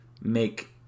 make